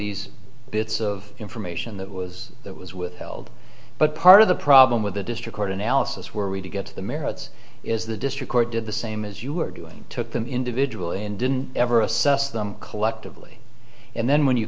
these bits of information that was that was withheld but part of the problem with the district court analysis where we to get to the merits is the district court did the same as you were doing took them individual and didn't ever assess them collectively and then when you